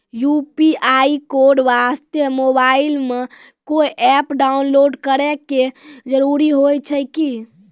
UPI code वास्ते mobile मे कोय एप्प डाउनलोड करे के जरूरी होय छै की?